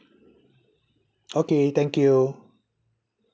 okay thank you